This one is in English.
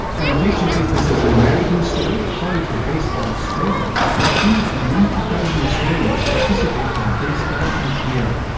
and in case you think this is an american story, according to baseball australia, one hundred and ninety thousand australians participate in a baseball each year.